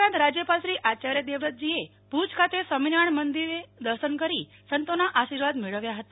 ઉપરાંત રાજ્યપાલશ્રી આયાર્ય દેવવ્રતજીએ આજે ભુજ ખાતે સ્વામિ નારાયણ મંદિરે દર્શન કરી સંતોના આશીર્વાદ મેળવ્યા હતા